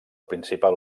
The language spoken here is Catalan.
principal